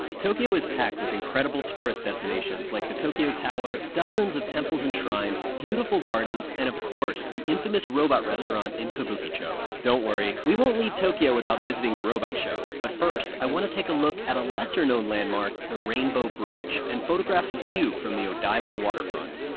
tokyo is packed with incredible tourist destinations like the tokyo tower, dozens of temples and shrines, beautiful gardens, and of course, the infamous robot restaurant in kabukicho. don't worry, we won't leave tokyo without visiting the robot show. but first, i wanna take a look at a lesser known landmark, the rainbow bridge, and photograph the view from the odaiba waterfront.